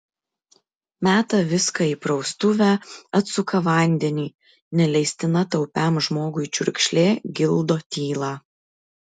meta viską į praustuvę atsuka vandenį neleistina taupiam žmogui čiurkšlė gildo tylą